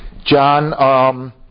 John